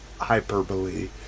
hyperbole